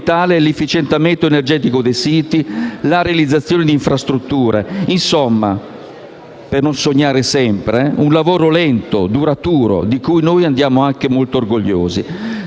l'efficientamento energetico dei siti e la realizzazione di infrastrutture. Insomma, sempre per non sognare, si è trattato di un lavoro lento e duraturo, di cui andiamo anche molto orgogliosi.